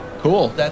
Cool